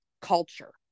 culture